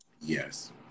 Yes